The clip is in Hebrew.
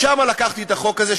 משם לקחתי את החוק הזה,